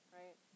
right